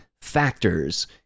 factors